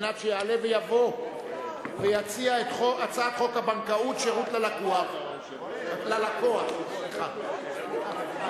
שיעלה ויבוא ויציע את הצעת חוק הבנקאות (שירות ללקוח) (תיקון,